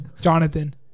Jonathan